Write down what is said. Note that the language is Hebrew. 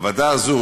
הוועדה הזאת,